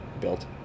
built